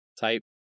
type